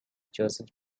joseph